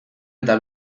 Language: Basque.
eta